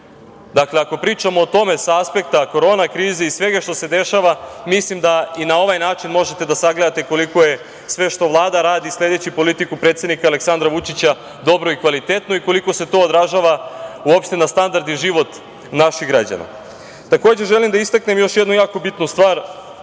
Dakle, ako pričamo o tome sa aspekta korona krize i svega što se dešava, mislim da i na ovaj način možete da sagledate koliko je sve što Vlada radi, sledeći politiku predsednika Aleksandra Vučića, dobro i kvalitetno i koliko se to odražava uopšte na standard i život naših građana. Takođe, želim da istaknem još jednu jako bitnu stvar